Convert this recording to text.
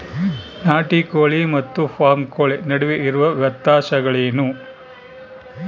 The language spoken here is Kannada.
ನಾಟಿ ಕೋಳಿ ಮತ್ತು ಫಾರಂ ಕೋಳಿ ನಡುವೆ ಇರುವ ವ್ಯತ್ಯಾಸಗಳೇನು?